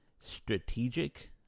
Strategic